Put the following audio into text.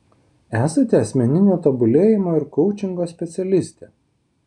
esate asmeninio tobulėjimo ir koučingo specialistė